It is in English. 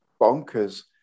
bonkers